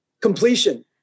completion